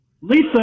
Lisa